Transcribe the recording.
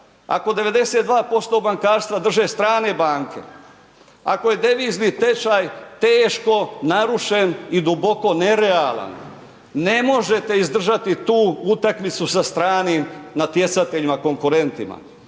ako 92% bankarstva drže strane banke, ako je devizni tečaj teško narušen i duboko nerealan, ne možete izdržati tu utakmicu sa stranim natjecateljima, konkurentima.